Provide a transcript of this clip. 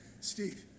Steve